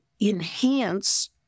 enhance